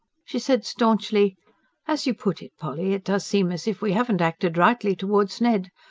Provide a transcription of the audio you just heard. she said staunchly as you put it, polly, it does seem as if we haven't acted rightly towards ned.